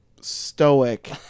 stoic